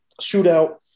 shootout